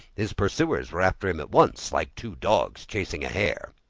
his pursuers were after him at once, like two dogs chasing a hare.